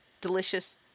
delicious